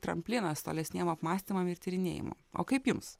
tramplinas tolesniem apmąstymam ir tyrinėjimui o kaip jums